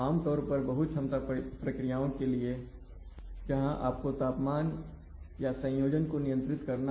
आमतौर पर बहू क्षमता प्रक्रियाओं के लिए जहां आपको तापमान या संयोजन को नियंत्रित करना हो